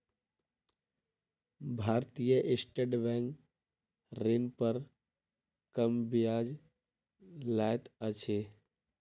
भारतीय state bank ऋण पर कम ब्याज लैत अछि